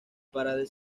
para